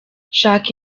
shaka